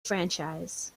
franchise